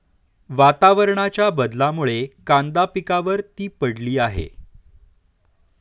वातावरणाच्या बदलामुळे कांदा पिकावर ती पडली आहे